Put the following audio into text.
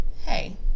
hey